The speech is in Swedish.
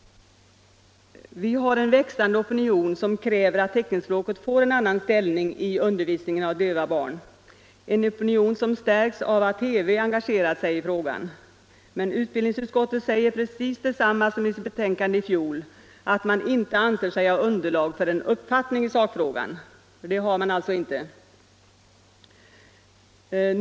Vi har en växande opinion som kräver att teckenspråket får en annan ställning i undervisningen av döva barn, en opinion som stärkts av att TV engagerat sig i frågan. Men utbildningsutskottet säger precis detsamma som i sitt betänkande i fjol att man inte anser sig ha underlag för en uppfattning i sakfrågan. För det har man alltså inte.